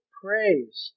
praise